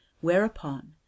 whereupon